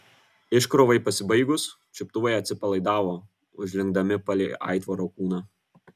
iškrovai pasibaigus čiuptuvai atsipalaidavo užlinkdami palei aitvaro kūną